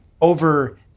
over